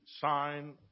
sign